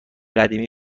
قدیمی